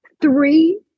three